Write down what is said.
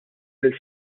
lill